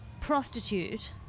prostitute